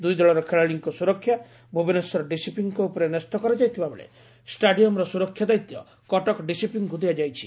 ଦୁଇଦଳର ଖେଳାଳିଙ୍କ ସୁରକ୍ଷା ଭୁବନେଶ୍ୱର ଡିସିପିଙ୍କ ଉପରେ ନ୍ୟସ୍ତ କରାଯାଇଥିବାବେଳେ ଷ୍ଟାଡିୟମର ସୁରକ୍ଷା ଦାୟିତ୍ୱ କଟକ ଡିସିପିଙ୍ଙ୍ ଦିଆଯାଇଛି